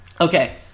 Okay